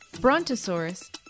Brontosaurus